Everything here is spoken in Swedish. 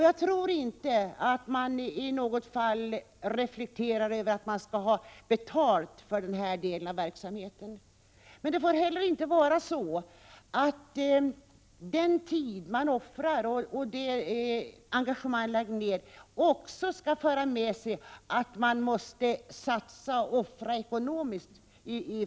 Jag tror inte att de i något fall reflekterar över att de skall ha betalt för denna verksamhet, men det får inte vara så att den tid de offrar och det engagemang de lägger ned också för med sig att de måste satsa och offra ekonomiskt.